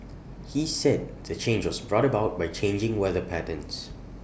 he said the change was brought about by changing weather patterns